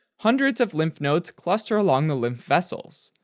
hundreds of lymph nodes cluster along the lymph vessels,